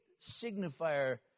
signifier